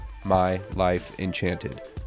mylifeenchanted